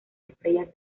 estrellas